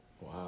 wow